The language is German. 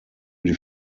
die